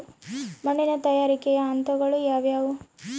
ಮಣ್ಣಿನ ತಯಾರಿಕೆಯ ಹಂತಗಳು ಯಾವುವು?